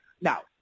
Now